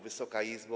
Wysoka Izbo!